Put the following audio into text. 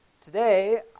Today